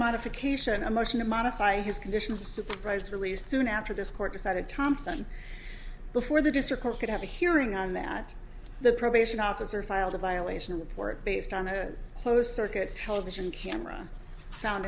modification a motion to modify his conditions of supervisory soon after this court decided thompson before the district could have a hearing on that the probation officer filed a violation of report based on a closed circuit television camera sound